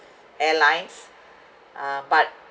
airlines but